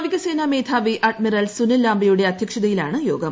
നാവികസേന മേധാവി അഡ്മിറൽ സുനിൽ ലാംബയുടെ അദ്ധ്യക്ഷതയിലാണ് യോഗം